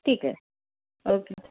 ठीक आहे ओके